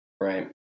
Right